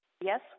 Yes